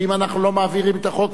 ואם אנחנו לא מעבירים את החוק,